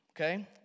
okay